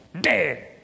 Dead